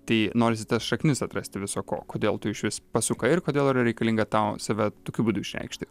tai norisi tas šaknis atrasti viso ko kodėl tu išvis pasukai ir kodėl yra reikalinga tau save tokiu būdu išreikšti